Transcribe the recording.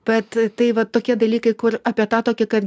bet tai vat tokie dalykai kur apie tą tokį kad